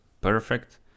perfect